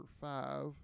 five